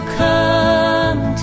come